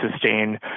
sustain